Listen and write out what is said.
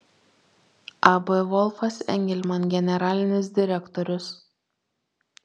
ab volfas engelman generalinis direktorius